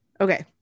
okay